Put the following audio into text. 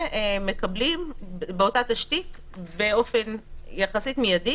ומקבלים באותה תשתית באופן יחסית מיידי